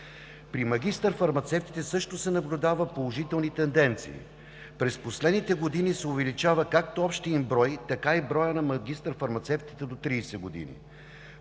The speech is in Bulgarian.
При магистър-фармацевтите също се наблюдават положителни тенденции. През последните години се увеличава както общият им брой, така и броят на магистър-фармацевтите до 30 години.